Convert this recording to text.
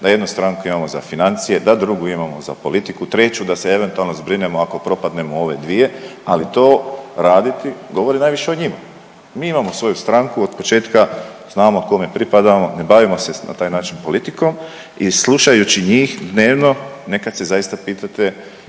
da jednu stranku imamo za financije, da drugu imamo za politiku, treću da se eventualno zbrinemo ako propadnemo u ove dvije, ali to raditi govori najviše o njima. Mi imamo svoju stranku od početka znamo kome pripadamo, ne bavimo se na taj način politikom i slušajući njih dnevno nekad se zaista pitate